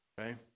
Okay